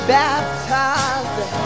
baptized